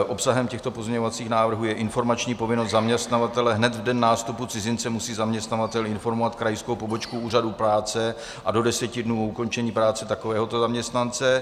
Obsahem těchto pozměňovacích návrhů je informační povinnost zaměstnavatele hned v den nástupu cizince musí zaměstnavatel informovat krajskou pobočku Úřadu práce a do 10 dnů po ukončení práce takovéhoto zaměstnance.